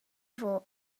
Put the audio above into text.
fod